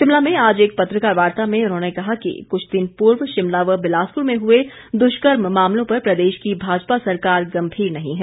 शिमला में आज एक पत्रकार वार्ता में उन्होंने ने कहा कि कुछ दिन पूर्व शिमला व बिलासपुर में हुए दुष्कर्म मामलों पर प्रदेश की भाजपा सरकार गंभीर नही है